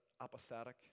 apathetic